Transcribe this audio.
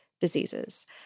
diseases